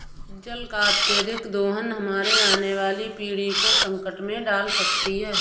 जल का अत्यधिक दोहन हमारे आने वाली पीढ़ी को संकट में डाल सकती है